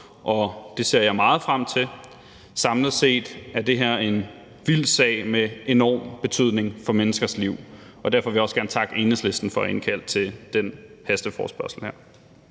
det ser jeg meget frem til. Samlet set er det her en vild sag med en enorm betydning for menneskers liv, og derfor vil jeg også gerne takke Enhedslisten for at have indkaldt til den her hasteforespørgsel.